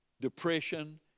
depression